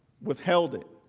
withheld it.